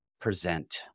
present